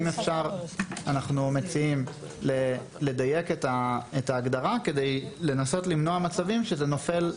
אנחנו מציעים לדייק את ההגדרה כדי לנסות למנוע מצבים שזה נופל.